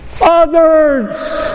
others